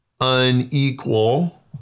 unequal